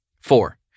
Four